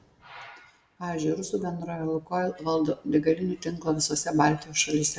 pavyzdžiui rusų bendrovė lukoil valdo degalinių tinklą visose baltijos šalyse